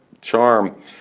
charm